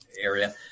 area